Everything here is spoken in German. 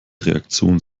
reaktionen